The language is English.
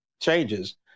changes